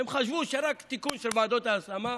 הם חשבו רק על תיקון של ועדות ההשמה.